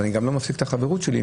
אבל אני גם לא מפסיק את החברות שלי,